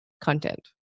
content